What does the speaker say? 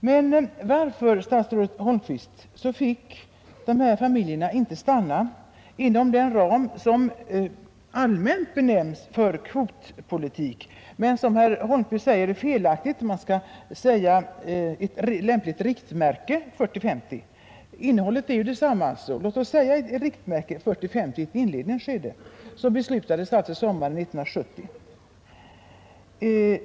Men varför, statsrådet Holmqvist, fick dessa familjer inte stanna inom den ram som allmänt benämnes kvotpolitik — herr Holmqvist säger visserligen att det är felaktigt att tala om en kvot, utan man skall i stället tala om ett lämpligt riktmärke — av 40—50 vuxna zigenare i ett inledningsskede, såsom riksdagen fattade beslut om sommaren 1970?